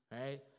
right